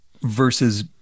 versus